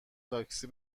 تاکسی